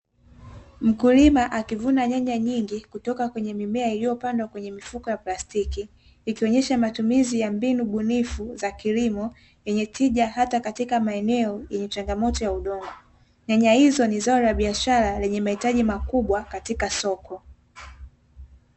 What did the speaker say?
Mkulima akivuna nyanya nyingi kutoka kwenye mimea iliyopandwa kwenye mifuko plastiki, ikionyesha matumizi ya mbinu bunifu za kilimo yenye tija hata katika maeneo yenye changamoto ya udongo. Nyaya hizo ni zao la biashara lenye mahitaji makubwa katika soko.